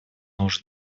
нужен